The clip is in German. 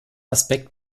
aspekt